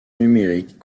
numériques